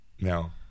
no